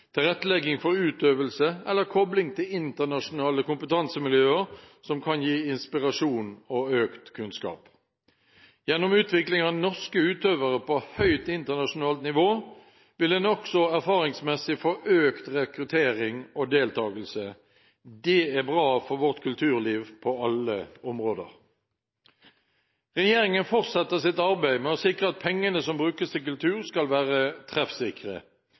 tilrettelegging for utøvelse eller kobling til internasjonale kompetansemiljøer som kan gi inspirasjon og økt kunnskap. Gjennom utvikling av norske utøvere på høyt internasjonalt nivå vil en også erfaringsmessig få økt rekruttering og deltagelse. Det er bra for vårt kulturliv på alle områder. Regjeringen fortsetter sitt arbeid med å sikre at pengene som brukes til kultur, skal være treffsikre.